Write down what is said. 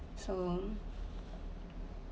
so